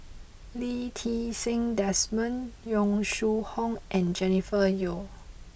Lee Ti Seng Desmond Yong Shu Hoong and Jennifer Yeo